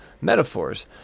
Metaphors